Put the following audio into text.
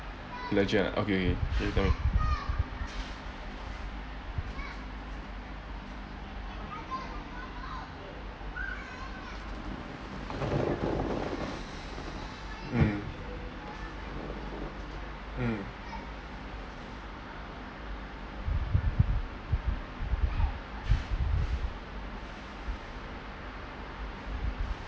legit ah okay then you tell m~ mm mm